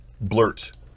Blurt